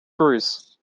bruise